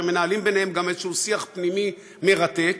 שמנהלים ביניהם גם איזה שיח פנימי מרתק,